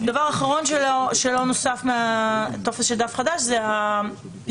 דבר אחרון שלא נוסף מהטופס של דף חדש זאת הפסקה